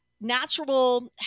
natural